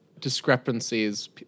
discrepancies